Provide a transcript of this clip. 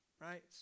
Right